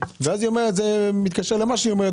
ואז היא אומרת זה מתקשר למה שהיא אומרת